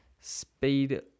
Speed